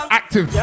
active